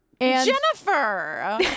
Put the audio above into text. Jennifer